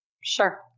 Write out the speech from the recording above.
Sure